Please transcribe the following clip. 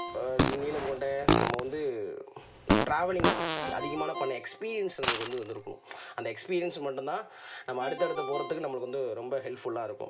நீளம் கொண்ட நம்ம வந்து ட்ராவலிங் அதிகமாக பண்ணிண எக்ஸ்பீரியன்ஸ் நம்மளுக்கு வந்து இருந்திருக்கணும் அந்த எக்ஸ்பீரியன்ஸ் மட்டும் தான் நம்ம அடுத்து அடுத்து போறதுக்கு நமக்கு வந்து ரொம்ப ஹெல்ப்ஃபுல்லாக இருக்கும்